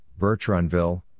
Bertrandville